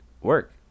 work